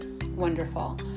Wonderful